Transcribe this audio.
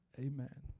Amen